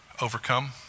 Overcome